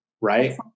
right